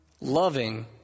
loving